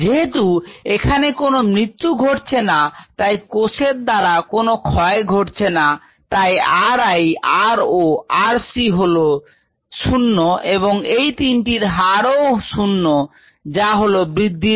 যেহেতু এখানে কোন মৃত্যু ঘটছে না তাই কোষের দ্বারা কোন গ্রহন ঘটছে না তাই r i r o এবং r c হল 0 এবং এই তিনটি মানের হার হল 0